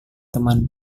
teman